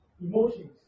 Emotions